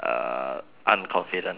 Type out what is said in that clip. unconfident kind of person